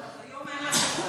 היום אין לך רוב.